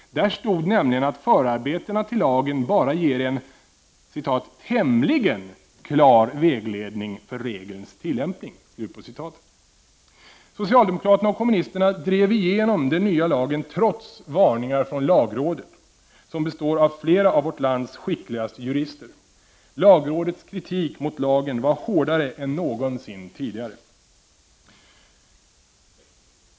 Där stod nämligen att förarbetena till lagen bara ger en ”tämligen klar vägledning för regelns tillämpning”. Socialdemokraterna och kommunisterna drev igenom den nya lagen trots varningar från lagrådet, som består av flera av vårt lands skickligaste jurister. Lagrådets kritik mot lagen var hårdare än någonsin tidigare.